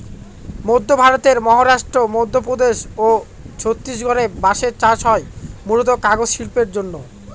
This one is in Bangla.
মধ্য ভারতের মহারাষ্ট্র, মধ্যপ্রদেশ ও ছত্তিশগড়ে বাঁশের চাষ হয় মূলতঃ কাগজ শিল্পের জন্যে